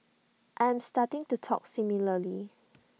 I am starting to talk similarly